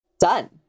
Done